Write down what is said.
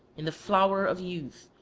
in the flower of youth,